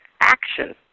action